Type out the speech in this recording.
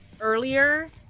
earlier